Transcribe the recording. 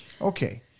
Okay